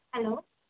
hello